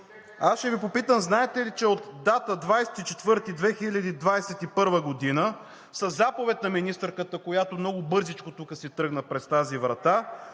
Аз ще Ви попитам: знаете ли, че от дата 20 април 2021 г. със заповед на министърката, която много бързичко тук си тръгна през тази врата,